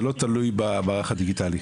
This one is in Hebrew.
זה לא תלוי במערך הדיגיטלי,